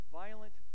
violent